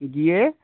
গিয়ে